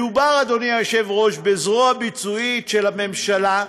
מדובר, אדוני היושב-ראש, בזרוע ביצועית של הממשלה,